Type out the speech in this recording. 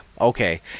okay